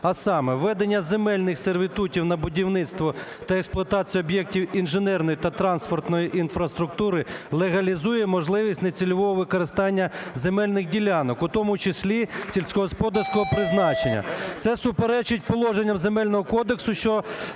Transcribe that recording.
а саме: введення земельних сервітутів на будівництво та експлуатацію об'єктів інженерної та транспортної інфраструктури легалізує можливість нецільового використання земельних ділянок, у тому числі сільськогосподарського призначення. Це суперечить положенням Земельного кодексу щодо